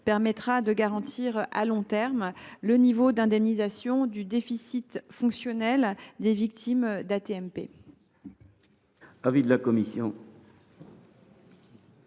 permettra de garantir à long terme le niveau d’indemnisation du déficit fonctionnel des victimes d’un